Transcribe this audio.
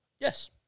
Yes